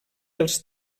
els